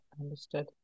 understood